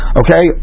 okay